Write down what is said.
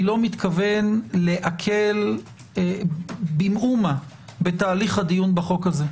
מתכוון להקל במאומה בהליך הדיון בחוק הזה,